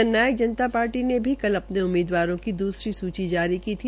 जननायक जनता पार्टी ने कल अपने उम्मीदवारों की दूसरी सूची जारी की थी